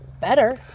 Better